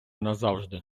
назавжди